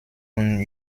und